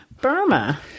Burma